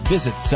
Visit